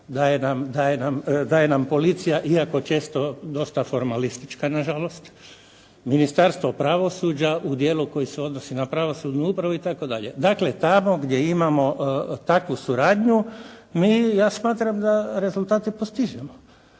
daje nam policija iako često dosta formalistička na žalost. Ministarstvo pravosuđa u dijelu koji se odnosi na pravosudnu upravu itd. Dakle, tamo gdje imamo takvu suradnju ja smatram da rezultate postižemo,